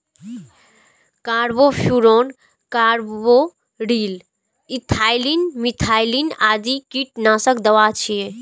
carbofuran, carbaryl, ethylene, methylene आदि कीटनाशक दवा छियै